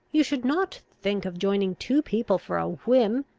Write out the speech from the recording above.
you should not think of joining two people for a whim,